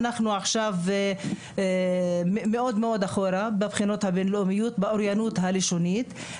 אנחנו מאוד מאוד אחורה בבחינות הבין-לאומיות באוריינות הלשונית.